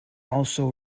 also